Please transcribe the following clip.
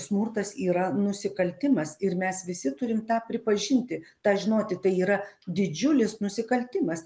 smurtas yra nusikaltimas ir mes visi turim tą pripažinti tą žinoti tai yra didžiulis nusikaltimas